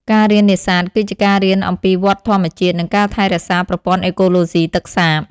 ការរៀននេសាទ គឺជាការរៀនអំពីវដ្តធម្មជាតិ និងការថែរក្សាប្រព័ន្ធអេកូឡូស៊ីទឹកសាប។